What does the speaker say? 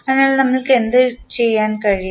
അതിനാൽ നമുക്ക് എന്തുചെയ്യാൻ കഴിയും